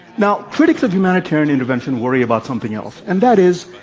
now, critics of humanitarian intervention worry about something else, and that is,